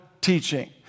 teaching